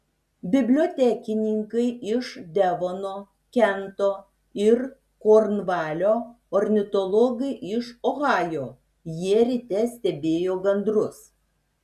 bibliotekininkai iš devono kento ir kornvalio ornitologai iš ohajo jie ryte stebėjo gandrus